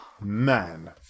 Man